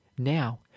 now